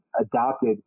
adopted